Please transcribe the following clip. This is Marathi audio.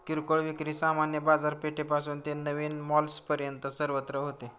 किरकोळ विक्री सामान्य बाजारपेठेपासून ते नवीन मॉल्सपर्यंत सर्वत्र होते